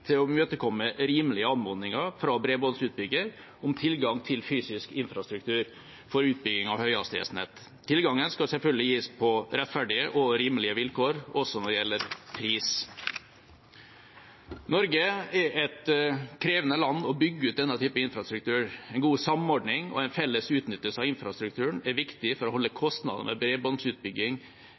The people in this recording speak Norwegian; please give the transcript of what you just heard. til å imøtekomme rimelige anmodninger fra bredbåndsutbyggeren om tilgang til fysisk infrastruktur for utbygging av høyhastighetsnett. Tilgangen skal selvfølgelig gis på rettferdige og rimelige vilkår, også når det gjelder pris. Norge er et krevende land å bygge ut denne typen infrastruktur i. En god samordning og en felles utnyttelse av infrastrukturen er viktig for å holde kostnadene ved bredbåndsutbygging